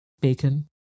bacon